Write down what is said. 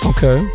Okay